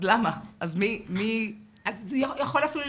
אז מי עובר שם את ההכשרה?